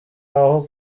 aho